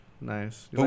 Nice